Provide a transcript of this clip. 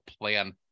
plan